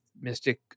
Mystic